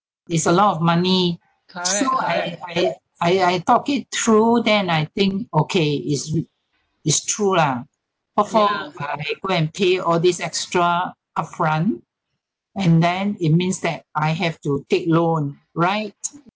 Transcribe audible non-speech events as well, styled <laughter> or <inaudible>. it's a lot of money so I I I I talk it through then I think okay is is true lah what for I go and pay all these extra upfront and then it means that I have to take loan right <noise>